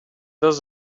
does